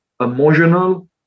emotional